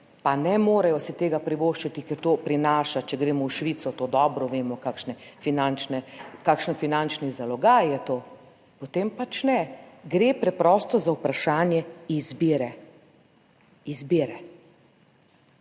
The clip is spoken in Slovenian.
pa ne morejo si tega privoščiti, ker to prinaša, če gremo v Švico, to dobro vemo kakšen finančni zalogaj je to, potem pač ne, gre preprosto za vprašanje izbire, zelo